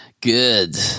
Good